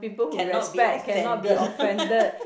cannot be offended